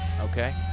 Okay